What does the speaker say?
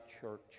church